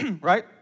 right